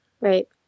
Right